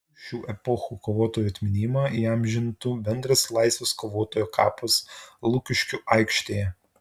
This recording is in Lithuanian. visų šių epochų kovotojų atminimą įamžintų bendras laisvės kovotojo kapas lukiškių aikštėje